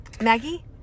Maggie